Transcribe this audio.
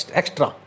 extra